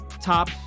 top